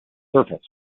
surface